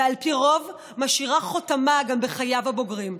ועל פי רוב משאירה את חותמה גם בחייו הבוגרים.